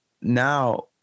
now